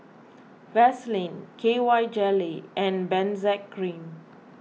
Vaselin K Y jelly and Benzac Cream